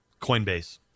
Coinbase